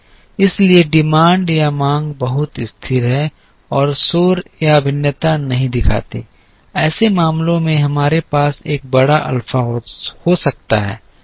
इसलिए मांग बहुत स्थिर है और शोर या भिन्नता नहीं दिखाती है ऐसे मामलों में हमारे पास एक बड़ा अल्फा हो सकता है